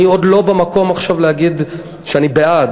אני עכשיו עוד לא במקום של להגיד שאני בעד,